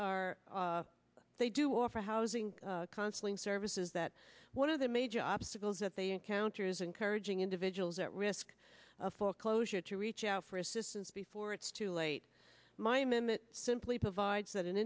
are they do offer housing counseling services that one of the major obstacles that they encounter is encouraging individuals at risk of foreclosure to reach out for assistance before it's too late my m m it simply provides that an